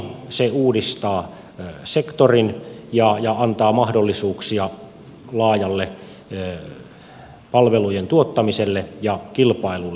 se uudistaa sektorin ja antaa mahdollisuuksia laajalle palvelujen tuottamiselle ja kilpailulle